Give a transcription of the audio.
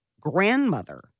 grandmother